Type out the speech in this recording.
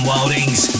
Wildings